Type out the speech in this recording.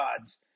odds